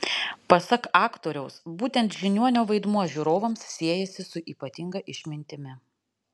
pasak aktoriaus būtent žiniuonio vaidmuo žiūrovams siejasi su ypatinga išmintimi